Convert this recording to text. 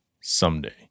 someday